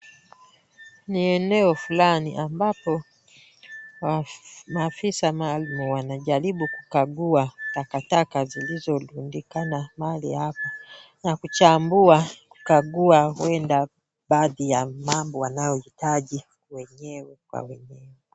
Ni eneo fulani ambapo maafisa maalum wanajaribu kukagua takataka zilizorundikana mahali hapa, na kuchambua kukagua huenda baadhi ya mambo wanayohitaji wenyewe kwa wenyewe.